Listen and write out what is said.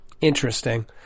Interesting